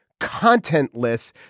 contentless